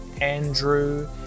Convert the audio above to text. andrew